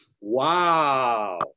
Wow